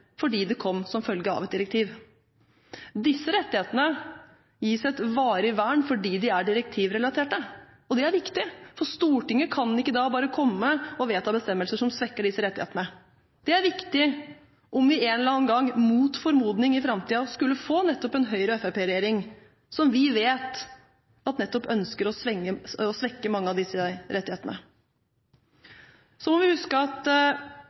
fordi det kom som følge av et direktiv. Disse rettighetene gis et varig vern fordi de er direktivrelaterte. Det er viktig, for Stortinget kan ikke bare komme og vedta bestemmelser som svekker disse rettighetene. Det er viktig om vi en eller annen gang – mot formodning – i framtiden skulle få en Høyre–Fremskrittsparti-regjering, som vi vet nettopp ønsker å svekke mange av disse rettighetene. Så må vi huske at